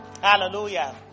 Hallelujah